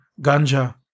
ganja